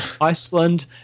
Iceland